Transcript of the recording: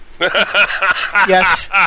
Yes